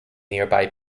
nearby